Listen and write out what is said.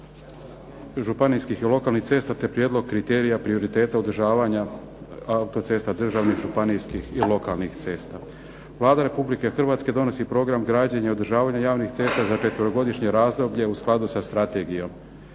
županijskih i lokalnih cesta te prijedlog kriterija prioriteta održavanja autocesta, državnih, županijskih i lokalnih cesta Vlada Republike Hrvatske donosi program građenja i održavanja javnih cesta za četverogodišnje razdoblje u skladu sa strategijom.